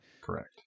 Correct